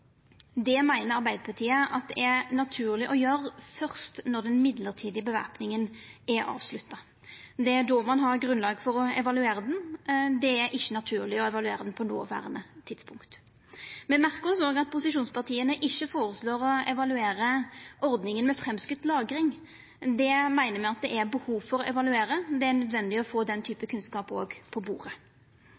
Det meiner Arbeidarpartiet er naturleg å gjera først når den mellombelse bevæpninga er avslutta. Det er då ein har grunnlag for å evaluera henne, det er ikkje naturleg å evaluera henne no. Me merkar oss òg at posisjonspartia ikkje føreslår å evaluera ordninga med framskoten lagring, men det meiner me det er behov for å evaluera, for det er nødvendig å få den typen kunnskap òg på bordet.